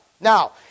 Now